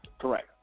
Correct